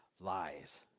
Lies